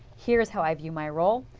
here is how i view my role.